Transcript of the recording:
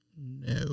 No